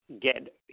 get